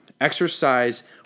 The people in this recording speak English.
Exercise